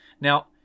Now